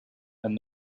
and